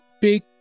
big